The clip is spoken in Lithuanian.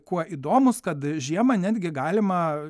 kuo įdomūs kad žiemą netgi galima